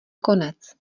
konec